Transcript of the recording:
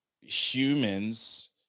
humans